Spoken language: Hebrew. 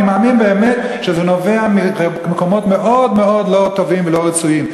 אני מאמין באמת שזה נובע ממקומות מאוד מאוד לא טובים ולא רצויים.